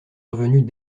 revenus